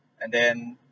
and then